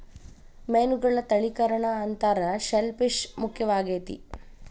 ಮೇನುಗಳ ತಳಿಕರಣಾ ಅಂತಾರ ಶೆಲ್ ಪಿಶ್ ಮುಖ್ಯವಾಗೆತಿ